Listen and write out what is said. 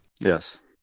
Yes